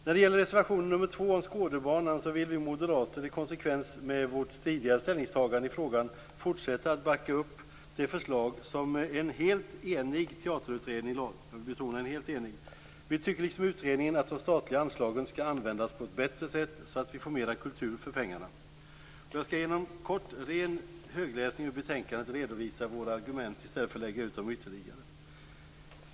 När det gäller reservation om Skådebanan vill vi moderater i konsekvens med vårt tidigare ställningstagande i frågan fortsätta att backa upp det förslag som en helt enig teaterutredning lade fram. Jag vill betona att den var helt enig. Vi tycker liksom utredningen att de statliga anslagen skall användas på ett bättre sätt, så att vi får mer kultur för pengarna. Jag skall genom ren högläsning ur utredningens betänkande, SOU 1994:52, redovisa våra argument i stället för att lägga ut dem ytterligare.